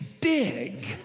big